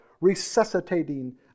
resuscitating